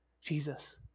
Jesus